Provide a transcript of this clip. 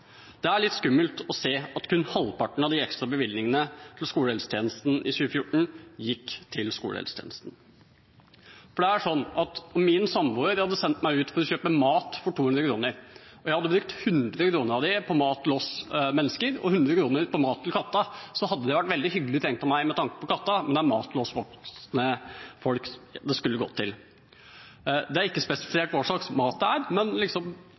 Det er litt skummelt å se at kun halvparten av de ekstra bevilgningene til skolehelsetjenesten i 2014 gikk til skolehelsetjenesten. Det er sånn at om min samboer hadde sendt meg ut for å kjøpe mat for 200 kr og jeg hadde brukt 100 kr av dem på mat til oss mennesker og 100 kr på mat til katta, hadde det vært veldig hyggelig tenkt av meg med tanke på katta, men det var mat til oss voksne folk det skulle gått til. Det er ikke spesifisert hva slags mat det er, men